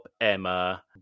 Emma